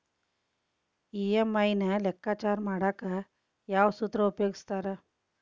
EMI ನ ಲೆಕ್ಕಾಚಾರ ಮಾಡಕ ಯಾವ್ ಸೂತ್ರ ಉಪಯೋಗಿಸ್ತಾರ